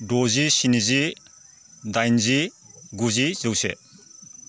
द'जि स्निजि दाइनजि गुजि जौसे